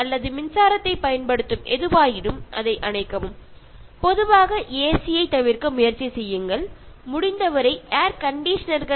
ഉപയോഗിക്കാത്ത സമയത്ത് എല്ലാ ഫാനും ലൈറ്റുകളും എ സി യും ടി വി യും ലാപ്ടോപ്പും ഒക്കെ ഓഫ് ചെയ്ത് സൂക്ഷിക്കുക